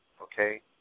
Okay